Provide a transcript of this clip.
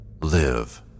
live